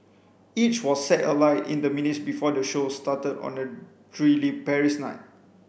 each was set alight in the minutes before the show started on a drily Paris night